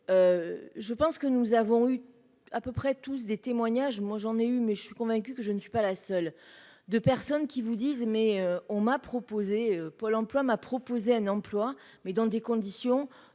je pense que nous avons eu à peu près tous des témoignages, moi j'en ai eu mais je suis convaincu que je ne suis pas la seule, de personnes qui vous disent mais on m'a proposé, Pôle emploi m'a proposé un emploi mais dans des conditions